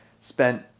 spent